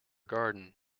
garden